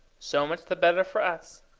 so much the better for us.